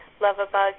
love-a-bug